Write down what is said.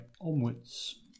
onwards